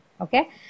Okay